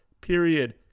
period